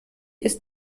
ist